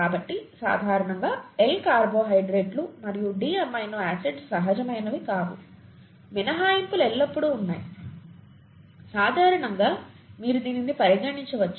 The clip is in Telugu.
కాబట్టి సాధారణంగా L కార్బోహైడ్రేట్లు మరియు D అమైనోఆసిడ్స్ సహజమైనవి కావు మినహాయింపులు ఎల్లప్పుడూ ఉన్నాయి సాధారణంగా మీరు దీనిని పరిగణించవచ్చు